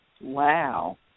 Wow